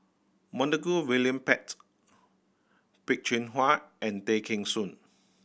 Montague William Pett Peh Chin Hua and Tay Kheng Soon